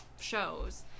shows